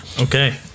Okay